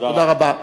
תודה רבה.